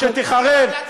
שתיחרב,